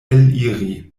eliri